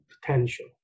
potential